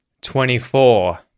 twenty-four